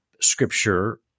Scripture